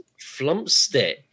Flumpstick